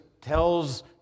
tells